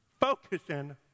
focusing